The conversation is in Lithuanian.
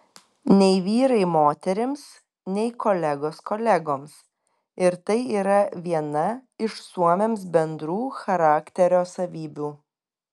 nei vyrai moterims nei kolegos kolegoms ir tai yra viena iš suomiams bendrų charakterio savybių